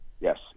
Yes